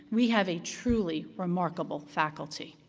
we have a truly remarkable faculty,